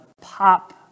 pop